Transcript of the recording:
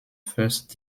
first